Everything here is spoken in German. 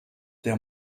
der